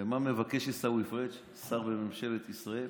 ומה מבקש עיסאווי פריג', שר בממשלת ישראל?